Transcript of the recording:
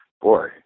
boy